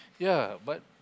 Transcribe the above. yea but